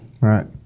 Right